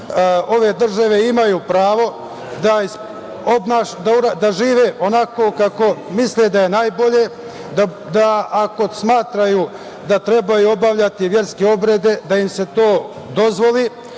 ove države, imaju pravo da žive onako kako misle da je najbolje, da ako smatraju da treba obavljati verske obrede, da im se to dozvoli.